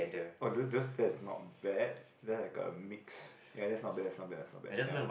oh this this that's no bad then like a mix ya that's no bad that's no bad that's no bad ya